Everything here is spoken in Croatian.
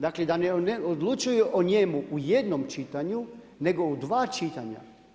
Dakle, da ne odlučuju od njemu u jednom čitanju, nego o 2 čitanja.